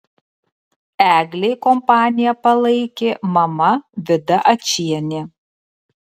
eglei kompaniją palaikė mama vida ačienė